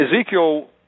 Ezekiel